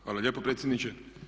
Hvala lijepo predsjedniče.